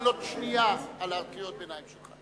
אני לא אתן לו עוד שנייה על קריאות הביניים שלך.